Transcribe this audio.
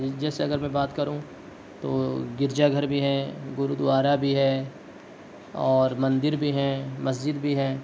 جیسے اگر میں بات کروں تو گرجا گھر بھی ہیں گرودوارا بھی ہیں اور مندر بھی ہیں مسجد بھی ہیں